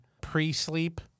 pre-sleep